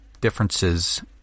differences